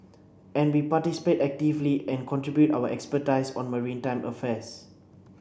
and we participate actively and contribute our expertise on maritime affairs